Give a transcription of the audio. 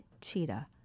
cheetah